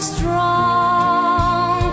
Strong